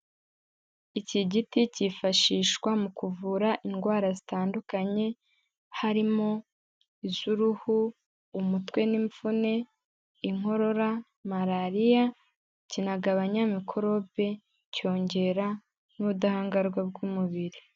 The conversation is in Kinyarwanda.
Iki giti cyifashishwa mu kuvura indwara zitandukanye, harimo: iz'uruhu, umutwe n'imvune, inkorora, malariya, kinagagabanya mikorobe, cyongera n'ubudahangarwa bw'umubiri.